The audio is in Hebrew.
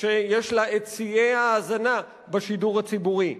שיש לה שיאי ההאזנה בשידור הציבורי.